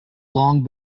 long